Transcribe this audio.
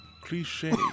cliche